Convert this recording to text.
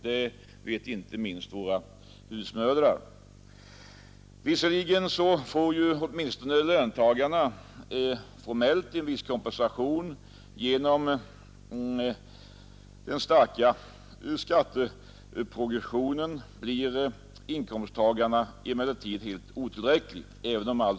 Det vet inte minst våra husmödrar. Visserligen får åtminstone löntagarna formellt en viss kompensation, men genom den starka skatteprogressionen blir den kompensationen helt otillräcklig.